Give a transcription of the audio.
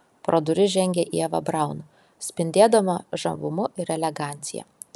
pro duris žengė ieva braun spindėdama žavumu ir elegancija